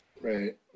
Right